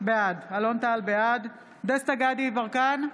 בעד דסטה גדי יברקן,